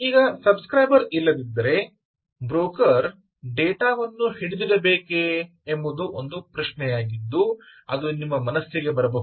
ಈಗ subscriber ಇಲ್ಲದಿದ್ದರೆ broker data ವನ್ನು ಹಿಡಿದಿಡಬೇಕೆ ಎಂಬುದು ಒಂದು ಪ್ರಶ್ನೆಯಾಗಿದ್ದು ಅದು ನಿಮ್ಮ ಮನಸ್ಸಿಗೆ ಬರಬಹುದು